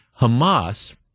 Hamas